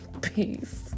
Peace